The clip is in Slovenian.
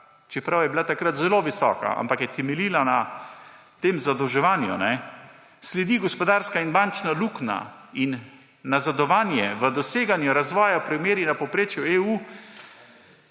čeprav je bila takrat zelo visoka, ampak je temeljila na zadolževanju, sledi gospodarska in bančna luknja in nazadovanje v doseganju razvoja. Primeri na povprečju EU,